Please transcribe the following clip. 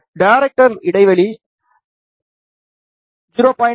director இடைவெளி அவர்கள் 0